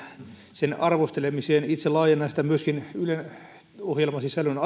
sen arvostelemiseen itse laajennan sitä myöskin ylen ohjelmasisällön